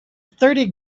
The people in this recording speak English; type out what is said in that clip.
thirty